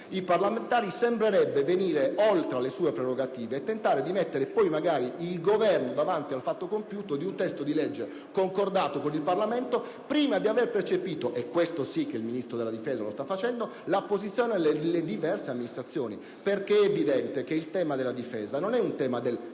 della difesa sembrerebbe andare oltre le sue prerogative e tentare di mettere il Governo davanti al fatto compiuto di un testo di legge concordato con il Parlamento prima di aver percepito - questo sì che il Ministro della difesa lo sta facendo - la posizione delle diverse amministrazioni. È infatti evidente che il tema della Difesa non è del